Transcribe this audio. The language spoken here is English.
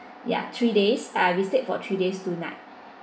ya three days ah we stayed for three days two night